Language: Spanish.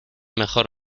mejor